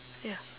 ya